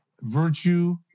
virtue